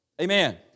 Amen